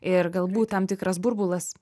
ir galbūt tam tikras burbulas